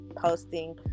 posting